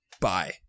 bye